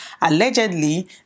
allegedly